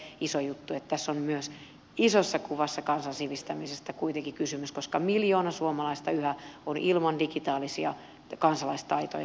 tämä on minusta se iso juttu että tässä on myös isossa kuvassa kansan sivistämisestä kuitenkin kysymys koska miljoona suomalaista yhä on ilman digitaalisia kansalaistaitoja